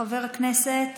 חבר הכנסת